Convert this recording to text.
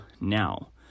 now